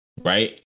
right